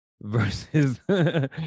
versus